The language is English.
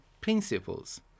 principles